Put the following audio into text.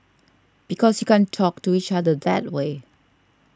because you can't talk to each other that way